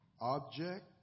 object